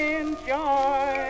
enjoy